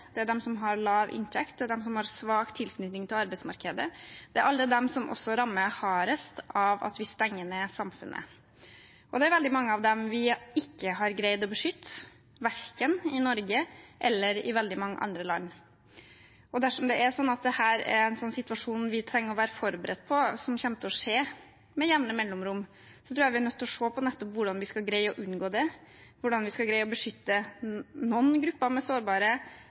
som har lav inntekt, og de som har svak tilknytning til arbeidsmarkedet, som rammes hardest av at vi stenger ned samfunnet. Det er veldig mange av dem vi ikke har greid å beskytte, verken i Norge eller i veldig mange andre land. Dersom dette er en situasjon vi trenger å være forberedt på kommer til å skje med jevne mellomrom, må vi se på nettopp hvordan vi skal greie å unngå det, hvordan vi skal greie å beskytte mange grupper som er sårbare,